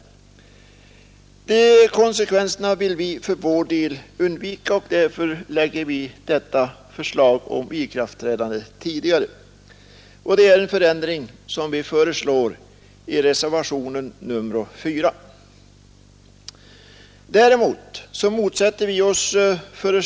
Denna förändring föreslår vi i reservationen 4. Nr 94 Däremot motsätter vi oss föreslagen höjning av priset på bensin med Tisdagen den 10 öre och på brännolja med 8 öre.